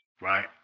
Right